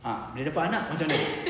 ah bila dapat anak macam mana